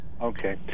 Okay